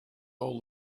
all